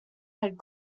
had